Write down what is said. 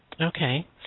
Okay